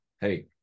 hey